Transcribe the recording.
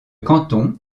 canton